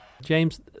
James